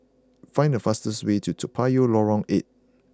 find the fastest way to Toa Payoh Lorong Eight